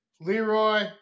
leroy